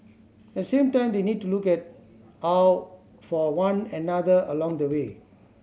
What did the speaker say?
at the same time they need to look at out for one another along the way